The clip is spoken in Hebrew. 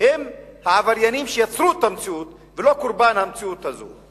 הם העבריינים שיצרו את המציאות ולא קורבן המציאות הזאת.